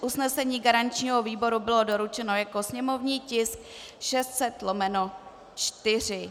Usnesení garančního výboru bylo doručeno jako sněmovní tisk 600/4.